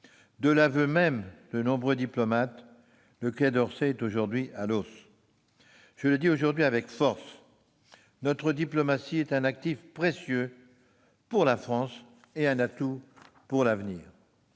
De l'aveu même de nombreux diplomates, le Quai d'Orsay est aujourd'hui à l'os. Je le dis aujourd'hui avec force : notre diplomatie est un actif précieux pour la France et un atout pour l'avenir